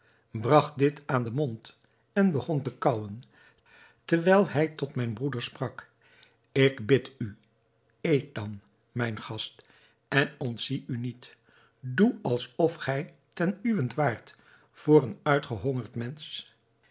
bragt dit aan den mond en begon te kaauwen terwijl hij tot mijn broeder sprak ik bid u eet dan mijn gast en ontzie u niet doe alsof gij ten uwent waart voor een uitgehongerd mensch